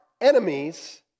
enemies